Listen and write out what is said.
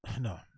no